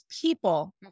people